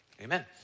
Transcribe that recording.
Amen